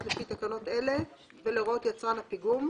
לפי תקנות אלה ולהוראות יצרן הפיגום,